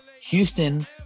Houston